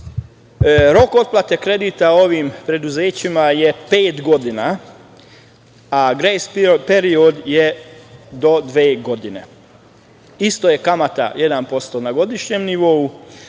Rok otpate kredita ovim preduzećima je pet godina, a grejs period je do dve godine. Isto je kamata 1% na godišnjem nivou,